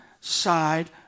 side